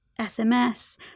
SMS